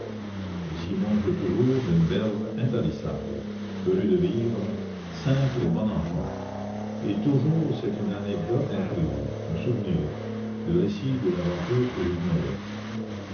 il s'y montre toujours d'une verve intarissable heureux de vivre simple et bon enfant et toujours c'est une anecdote imprévue un souvenir le récit d'une aventure que j'ignorais